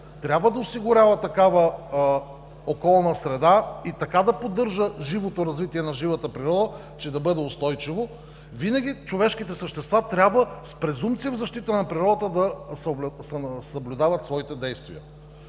трябва да осигурява такава околна среда и така да поддържа живото развитие на живата природа, че да бъде устойчиво, винаги човешките същества трябва с презумпция в защита на природата да съблюдават своите действия.